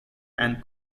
and